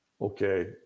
Okay